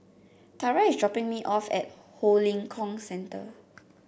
Tara is dropping me off at Ho Lim Kong Centre